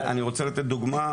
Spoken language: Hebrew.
אני רוצה לתת דוגמה,